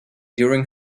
during